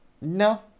No